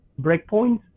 breakpoints